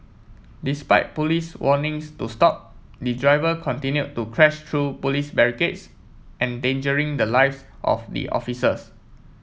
despite Police warnings to stop the driver continued to crash through Police barricades endangering the lives of the officers